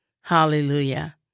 Hallelujah